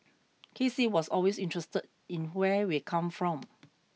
K C was always interested in where we come from